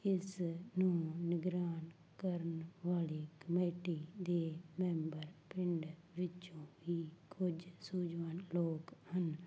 ਇਸ ਨੂੰ ਨਿਗਰਾਨ ਕਰਨ ਵਾਲੀ ਕਮੇਟੀ ਦੇ ਮੈਂਬਰ ਪਿੰਡ ਵਿੱਚੋਂ ਹੀ ਕੁਝ ਸੂਝਵਾਨ ਲੋਕ ਹਨ